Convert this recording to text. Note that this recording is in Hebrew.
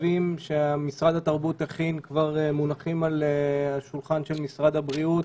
המתווים שמשרד התרבות הכין מונחים על השולחן של משרד הבריאות